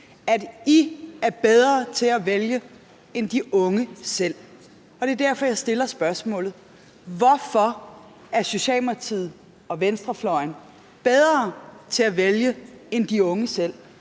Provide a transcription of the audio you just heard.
at man er bedre til at vælge end de unge selv. Det er derfor, jeg stiller spørgsmålet: Hvorfor er Socialdemokratiet og venstrefløjen bedre til at vælge end de unge selv?